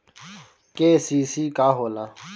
KCC का होला?